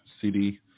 cd